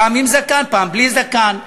פעם עם זקן פעם בלי זקן,